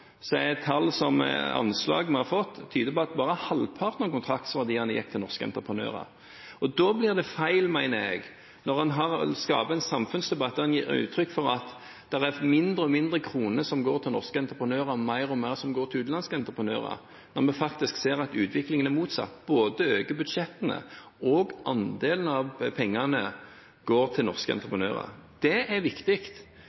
tall som er anslag vi har fått, på at bare halvparten av kontraktsverdiene gikk til norske entreprenører. Da blir det feil, mener jeg, å skape en samfunnsdebatt der en gir uttrykk for at det er færre og færre kroner som går til norske entreprenører, og mer og mer som går til utenlandske entreprenører, når vi faktisk ser at utviklingen er motsatt: Både budsjettene og andelen av pengene som går til norske